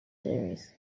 series